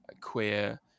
queer